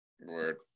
Word